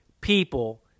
people